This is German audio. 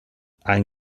ein